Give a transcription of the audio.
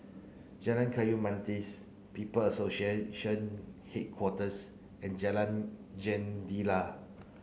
Jalan Kayu People Association Headquarters and Jalan Jendela